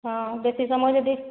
ହଁ ଯେତିକି ସମୟ ଯଦି